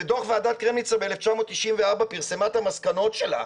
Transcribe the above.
ועדת קרמניצר ב-1944 פרסמה את המסקנות שלה,